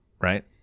right